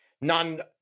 None